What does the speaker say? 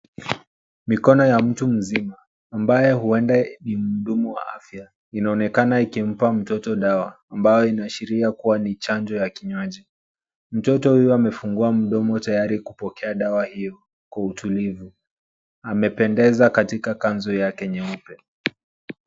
Mikono ya mtu mzima ambayo huenda ni mhudumu wa afya inaonekana ikimpa mtoto dawa ambayo inaashiria kuwa ni chanjo ya kinywaji. Mtoto huyu amefungua mdomo tayari kupokea dawa hiyo kwa utulivu. Amependeza katika kanzu yake nyeupe.